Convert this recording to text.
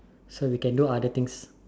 so we can do other things